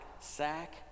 sack